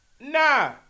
Nah